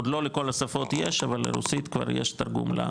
עוד לא לכל השפות יש אבל לרוסית כבר יש תרגום.